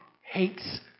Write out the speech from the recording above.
hates